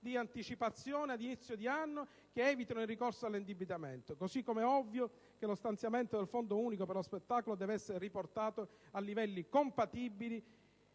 di anticipazioni ad inizio di anno che evitino il ricorso all'indebitamento. Così come è ovvio che lo stanziamento del Fondo unico per lo spettacolo deve essere riportato a livelli compatibili